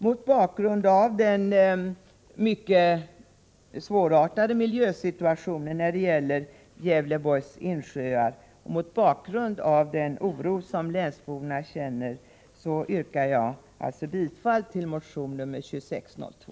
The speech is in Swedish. Mot bakgrund av den mycket svårartade miljösituationen när det gäller Gävleborgs insjöar och mot bakgrund av den oro som länsborna känner yrkar jag bifall till motion 2602.